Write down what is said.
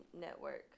network